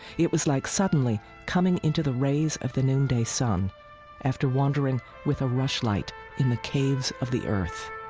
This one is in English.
it was like suddenly coming into the rays of the noonday sun after wandering with a rushlight in the caves of the earth